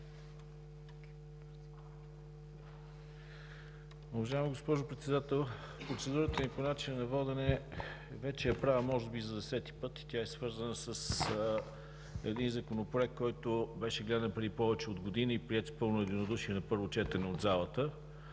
Уважаема госпожо Председател, процедурата е по начина на водене. Вече я правя може би за десети път. Тя е свързана с един законопроект, който беше гледан преди повече от година и приет с пълно единодушие на първо четене от залата.